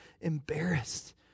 embarrassed